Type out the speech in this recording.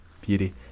beauty